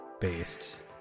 based